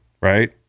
right